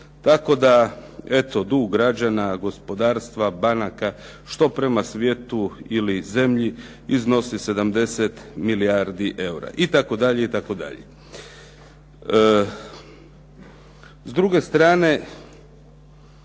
tako da eto dug građana, gospodarstva, banaka, što prema svijetu ili zemlji iznose 70 milijardi eura itd. S druge strane,